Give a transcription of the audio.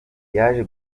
yaje